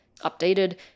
updated